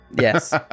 Yes